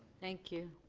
thank you.